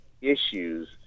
issues